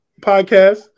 Podcast